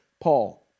Paul